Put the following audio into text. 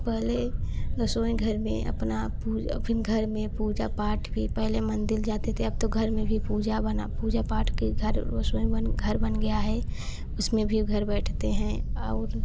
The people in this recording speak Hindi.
पहले रसोई घर में अपना फ़िर घर में पूजा पाठ पहले मंदिर जाते थे अब तो घर में भी पूजा बना पूजा पाठ के घर के रेश घर बन गया है इसमें भी घर बैठते हैं